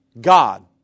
God